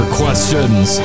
questions